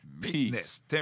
peace